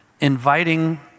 inviting